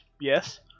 Yes